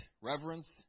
reverence